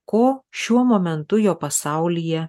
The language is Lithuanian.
ko šiuo momentu jo pasaulyje